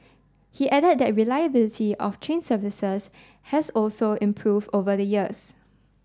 he added that reliability of train services has also improve over the years